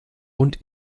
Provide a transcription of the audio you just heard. und